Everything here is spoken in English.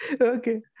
Okay